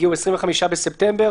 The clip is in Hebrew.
הגיעו ב-25 בספטמבר.